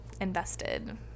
invested